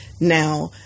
Now